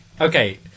okay